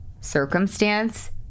Circumstance